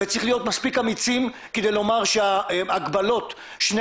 צריך להיות מספיק אמיצים כדי לומר שההגבלות - שני